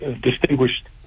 distinguished